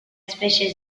specie